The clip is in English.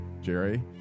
Jerry